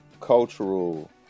cultural